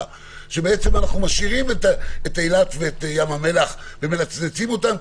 שאנחנו משאירים את אילת ואת ים המלח ומנצנצים אותן,